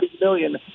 million